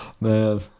Man